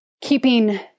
keeping